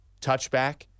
touchback